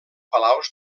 palaus